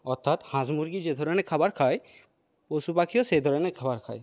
অর্থাৎ হাঁস মুরগি যে ধরণের খাবার খায় পশু পাখিও সেই ধরণের খাবার খায়